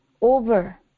over